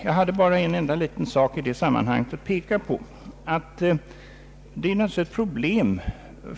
Jag hade bara en enda liten sak i det sammanhanget att peka på.